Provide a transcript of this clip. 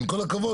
עם כל הכבוד,